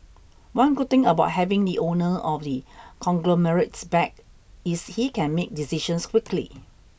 one good thing about having the owner of the conglomerates back is he can make decisions quickly